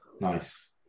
Nice